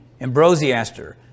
Ambrosiaster